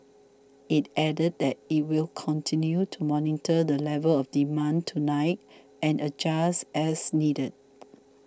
it added that it will continue to monitor the level of demand tonight and adjust as needed